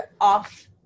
off